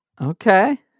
Okay